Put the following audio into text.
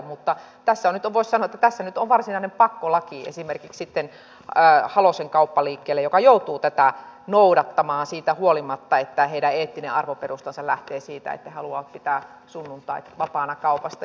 mutta tässä nyt voisi sanoa että tässä nyt on varsinainen pakkolaki esimerkiksi halosen kauppaliikkeelle joka joutuu tätä noudattamaan siitä huolimatta että heidän eettinen arvoperustansa lähtee siitä että he haluavat pitää sunnuntain vapaana kaupasta